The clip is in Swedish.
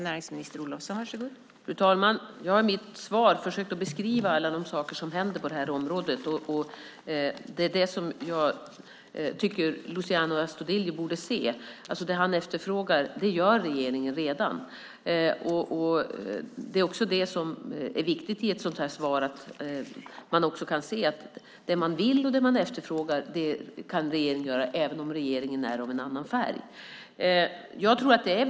Fru talman! Jag har i mitt svar försökt att beskriva alla de saker som händer på området. Det är vad Luciano Astudillo borde se. Vad han efterfrågar gör regeringen redan. Det är viktigt att i ett sådant här svar se att det man vill och efterfrågar kan regeringen göra även om regeringen är av en annan färg.